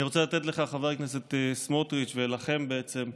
אני רוצה לתת לך, חבר הכנסת סמוטריץ', ולכם, בעצם,